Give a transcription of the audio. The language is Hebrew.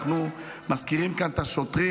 אנחנו מזכירים כאן את השוטרים,